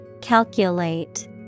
Calculate